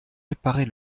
réparer